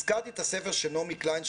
הזכרתי את הספר של נעמי קליין,